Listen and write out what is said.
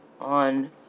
on